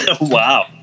Wow